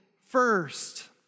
first